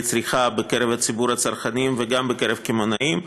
צריכה בקרב ציבור הצרכנים וגם בקרב הקמעונאים.